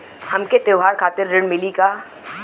हमके त्योहार खातिर ऋण मिली का?